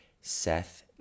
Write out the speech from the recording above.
Seth